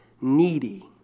needy